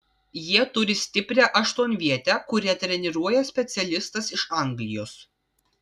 jie turi stiprią aštuonvietę kurią treniruoja specialistas iš anglijos